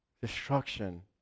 Destruction